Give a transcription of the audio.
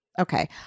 okay